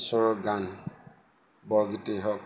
ওচৰৰ গান বৰগীতেই হওক